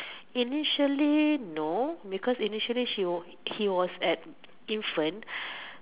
initially no because initially she was he was an infant